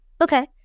Okay